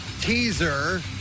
teaser